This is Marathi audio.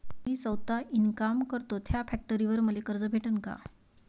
मी सौता इनकाम करतो थ्या फॅक्टरीवर मले कर्ज भेटन का?